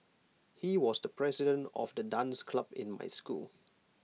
he was the president of the dance club in my school